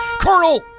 Colonel